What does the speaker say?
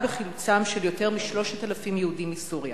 בחילוצם של יותר מ-3,000 יהודים מסוריה.